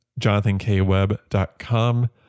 jonathankweb.com